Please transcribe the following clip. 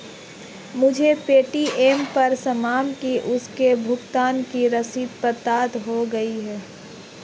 मुझे पे.टी.एम पर सामान और उसके भुगतान की रसीद प्राप्त हो गई है